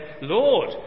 Lord